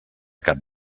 cap